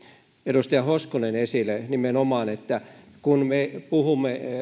edustaja hoskonen esille nimenomaan kun me puhumme